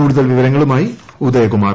കൂടുതൽ വിവരങ്ങളുമായി ഉദ്യകുമാർ